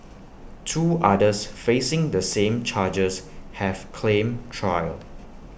two others facing the same charges have claimed trial